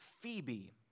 Phoebe